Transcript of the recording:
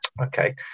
Okay